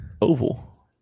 oval